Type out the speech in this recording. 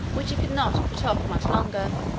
which he could not put off much longer.